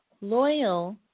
loyal